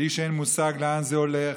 לאיש אין מושג לאן זה הולך.